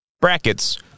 brackets